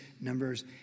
Numbers